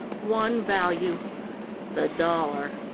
one value the dollar.